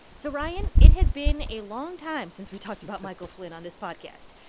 so, ryan, it has been a long time since we talked about michael flynn on this podcast.